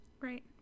Right